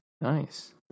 Nice